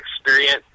experience